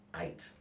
Eight